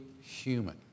human